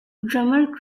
drummer